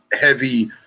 heavy